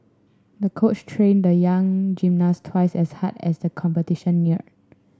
the coach trained the young gymnast twice as hard as the competition neared